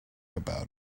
about